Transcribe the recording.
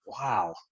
wow